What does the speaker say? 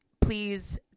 please